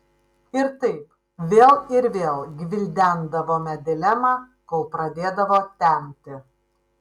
ir taip vėl ir vėl gvildendavome dilemą kol pradėdavo temti